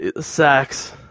sex